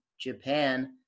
Japan